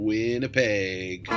Winnipeg